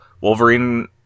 Wolverine